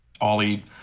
Ollie